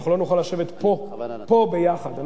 אנחנו לא נוכל לשבת פה, פה ביחד.